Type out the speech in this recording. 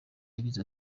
yagize